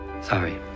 Sorry